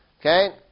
Okay